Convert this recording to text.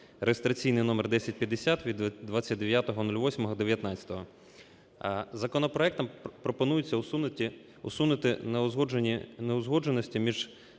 (реєстраційний номер 1050) від 29.08.19. Законопроектом пропонується усунути неузгодженості між